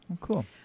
Cool